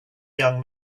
young